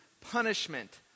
punishment